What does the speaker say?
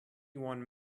won